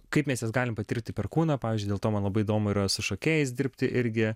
kaip mes jas galim patirti per kūną pavyzdžiui dėl to man labai įdomu yra su šokėjais dirbti irgi